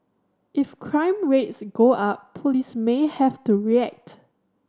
if crime rates go up police may have to react